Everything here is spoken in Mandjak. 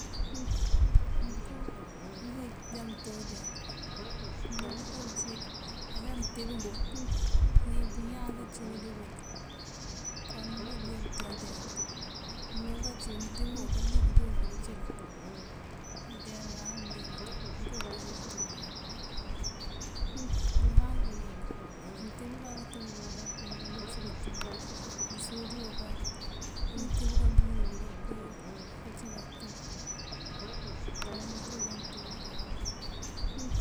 Mënko, mënko já mënte udeyar. Bëloŋ bëko cí ajá mëntíb bul këwín pëñáak cëli dí bulk on bëko já bëte udeyar. Mëloŋ kací mëntíb bul kalik doon këdë cëli, udeyar wáawaŋ bëlíiŋ tú mënko purir pëte udeyar. Bëmankuŋ yink mëtíb bá këtíb bul rek këwín kalik cí katule. Bësotiyo kak këru tíb kabuul bul këwín bací katulá. Kon mënko já mënte udeyar.